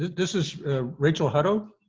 this is rachel hutto,